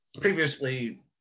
previously